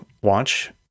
watch